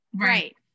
Right